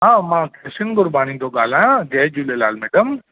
हा मां किशन गुरबाणी थो ॻाल्हायां जय झूलेलाल मैॾम